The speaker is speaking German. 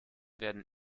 werden